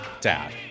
dad